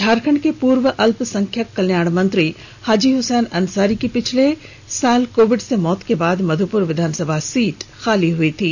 झारखंड के पूर्व अल्पसंख्यक कल्याण मंत्री हाजी हुसैन अंसारी की पिछले साल कोविड से मौत के बाद मधुपुर विधानसभा सीट खाली थी